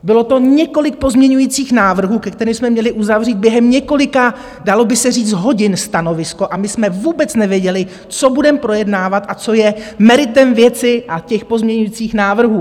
Bylo to několik pozměňovacích návrhů, ke kterým jsme měli uzavřít během několika dalo by se říct hodin stanovisko, a my jsme vůbec nevěděli, co budeme projednávat a co je meritem věci a těch pozměňujících návrhů.